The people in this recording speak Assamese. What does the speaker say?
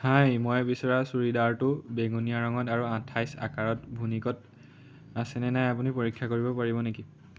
হাই মই বিচৰা চুৰিদাৰটো বেঙুনীয়া ৰঙত আৰু আঠাইছ আকাৰত ভুনিকত আছেনে নাই আপুনি পৰীক্ষা কৰিব পাৰিব নেকি